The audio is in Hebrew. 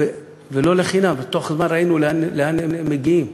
ולא לחינם, ותוך זמן ראינו לאן הם מגיעים.